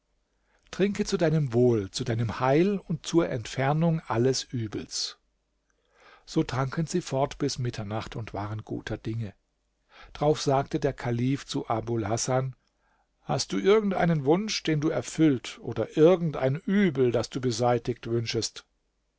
trinke zu deinem wohl zu deinem heil und zur entfernung alles übels so tranken sie fort bis mitternacht und waren guter dinge drauf sagte der kalif zu abul hasan hast du irgend einen wunsch den du erfüllt oder irgendein übel das du beseitigt wünschest